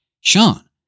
Sean